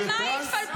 על מה היא התפלפה?